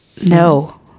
No